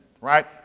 Right